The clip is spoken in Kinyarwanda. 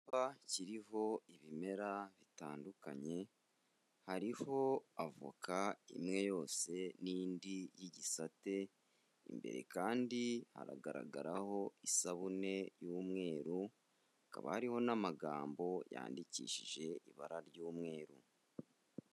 Kiriho ibimera bitandukanye hariho avoka imwe yose n'indi y'igisate imbere kandi hagaragaraho isabune y'umweru, hakaba hariho n'amagambo yandikishije ibara ry'umweru.